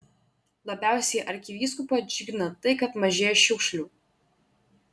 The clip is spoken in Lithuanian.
labiausiai arkivyskupą džiugina tai kad mažėja šiukšlių